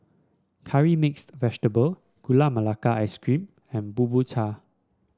Curry Mixed Vegetable Gula Melaka Ice Cream and bubur cha